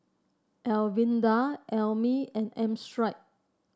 Evander Emmie and Armstead